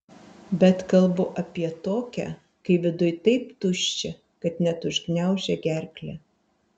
bet kalbu apie tokią kai viduj taip tuščia kad net užgniaužia gerklę